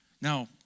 Now